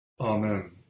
Amen